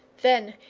then,